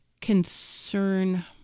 concern